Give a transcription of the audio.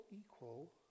equal